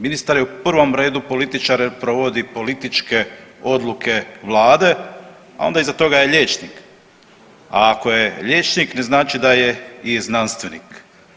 Ministar je u prvom redu političar jer provodi političke odluke Vlade, a onda iza toga je liječnik, a ako je liječnik ne znači da je i znanstvenik.